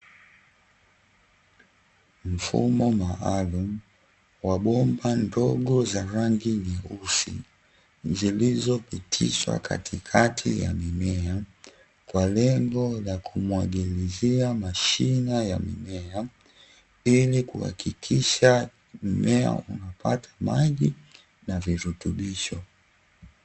Mfumo maalumu wa bomba ndogo za rangi nyeusi, zilizopitishwa katikati ya mimea, kwa lengo la kumwagilizia mashina ya mimea, ili kuhakikisha mimea kupata maji na virutubisho.